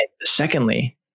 secondly